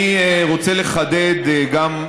אני רוצה לחדד גם,